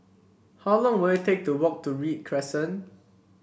how long will it take to walk to Read Crescent